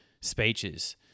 speeches